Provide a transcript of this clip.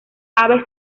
aves